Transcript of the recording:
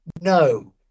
No